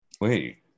Wait